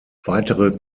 weitere